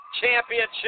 championship